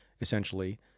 essentially